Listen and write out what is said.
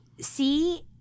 see